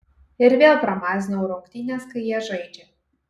ir vėl pramazinau rungtynes kai jie žaidžia